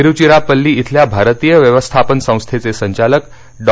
तिरुधिरापल्ली इथल्या भारतीय व्यवस्थापन संस्थेचे संचालक डॉ